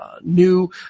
new